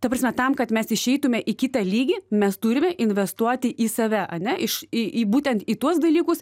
ta prasme tam kad mes išeitume į kitą lygį mes turime investuoti į save ane iš į į būtent į tuos dalykus